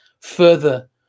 further